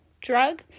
drug